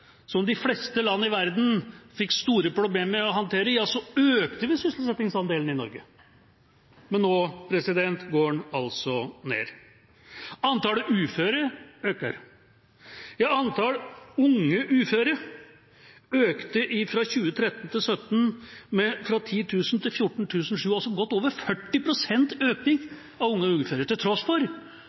som de fleste land i verden fikk store problemer med å håndtere, økte sysselsettingsandelen i Norge. Nå går den altså ned. Antallet uføre øker. Antallet unge uføre økte fra 10 000 til 14 700 fra 2013 til 2017 – altså en økning på godt over 40 pst. av unge uføre – til tross for